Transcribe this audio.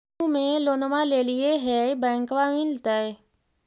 समुह मे लोनवा लेलिऐ है बैंकवा मिलतै?